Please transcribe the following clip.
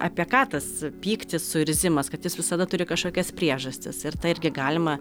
apie ką tas pyktis suirzimas kad jis visada turi kažkokias priežastis ir tą irgi galima